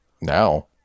Now